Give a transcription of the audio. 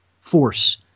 force